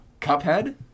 Cuphead